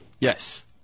Yes